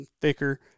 thicker